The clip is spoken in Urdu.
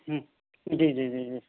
ہوں جی جی جی جی